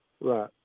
Right